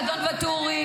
אדון ואטורי,